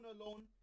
alone